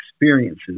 experiences